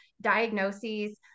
diagnoses